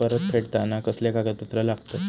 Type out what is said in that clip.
कर्ज परत फेडताना कसले कागदपत्र लागतत?